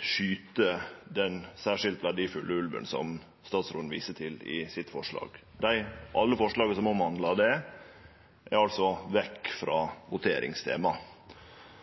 skyte den særskilt verdifulle ulven som statsråden viste til i sitt innlegg. Alle forslaga som omhandlar det, er altså tekne vekk som voteringstema.